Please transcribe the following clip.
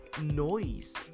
noise